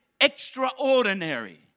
extraordinary